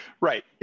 Right